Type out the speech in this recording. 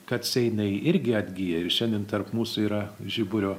kad seinai irgi atgyja ir šiandien tarp mūsų yra žiburio